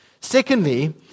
Secondly